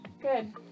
Good